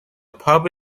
pub